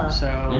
so,